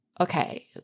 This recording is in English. Okay